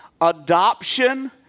adoption